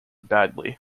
badly